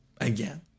again